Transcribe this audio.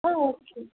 ஆ okay